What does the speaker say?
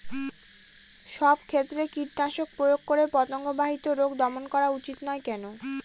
সব ক্ষেত্রে কীটনাশক প্রয়োগ করে পতঙ্গ বাহিত রোগ দমন করা উচিৎ নয় কেন?